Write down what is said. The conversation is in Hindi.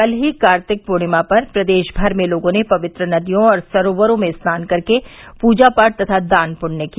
कल ही कार्तिक पूर्णमा पर प्रदेश भर में लोगों ने पवित्र नदियों और सरोवरों में स्नान कर के पूजा पाठ तथा दान पृष्य किया